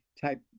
type